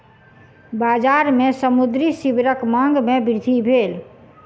बजार में समुद्री सीवरक मांग में वृद्धि भेल